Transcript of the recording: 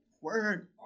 Word